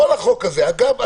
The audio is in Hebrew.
אגב,